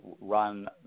run